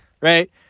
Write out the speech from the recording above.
right